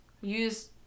use